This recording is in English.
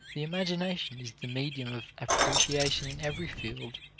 the imagination is the medium of appreciation in every field.